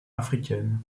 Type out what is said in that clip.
africaines